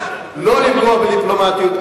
לא לפגוע בדיפלומטיות,